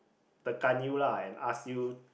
tekan you lah and ask you